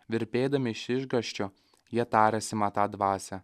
virpėdami iš išgąsčio jie tarėsi matą dvasią